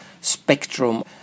spectrum